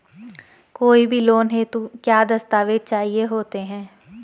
कोई भी लोन हेतु क्या दस्तावेज़ चाहिए होते हैं?